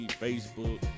Facebook